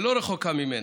שלא רחוקה ממנה,